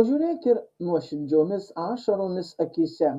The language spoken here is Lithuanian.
o žiūrėk ir nuoširdžiomis ašaromis akyse